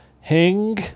Hing